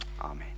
Amen